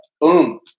boom